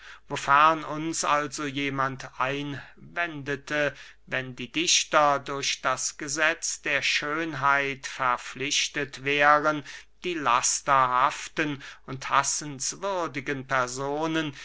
wofern uns also jemand einwendete wenn die dichter durch das gesetz der schönheit verpflichtet wären die lasterhaften und hassenswürdigen personen